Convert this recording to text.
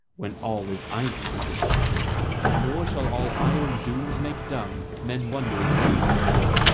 when all is ice within nor shall all iron dooms make dumb men wondering ceaselessly,